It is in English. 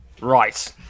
Right